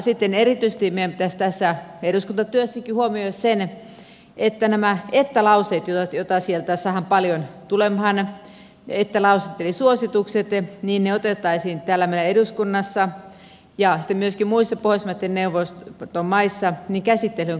sitten erityisesti meidän pitäisi tässä eduskuntatyössäkin huomioida se että nämä että lauseet joita sieltä saadaan paljon tulemaan että lauseet eli suositukset otettaisiin täällä meidän eduskunnassa ja sitten myöskin muissa pohjoismaiden neuvoston maissa käsittelyyn konkreettisemmin